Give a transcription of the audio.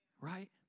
Right